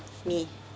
me